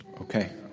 Okay